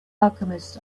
alchemist